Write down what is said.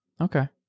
okay